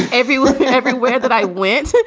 everyone everywhere that i went to,